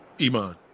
Iman